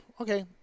Okay